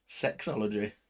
Sexology